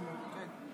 אינו נוכח